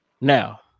Now